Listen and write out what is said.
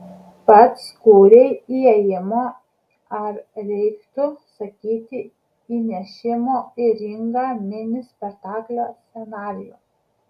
pats kūrei įėjimo ar reiktų sakyti įnešimo į ringą mini spektaklio scenarijų